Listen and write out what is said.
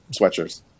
sweatshirts